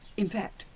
in fact,